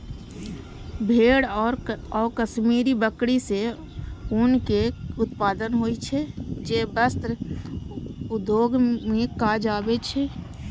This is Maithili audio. भेड़ आ कश्मीरी बकरी सं ऊनक उत्पादन होइ छै, जे वस्त्र उद्योग मे काज आबै छै